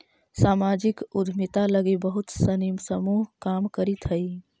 सामाजिक उद्यमिता लगी बहुत सानी समूह काम करित हई